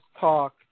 talk